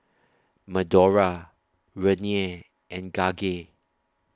Madora Renea and Gage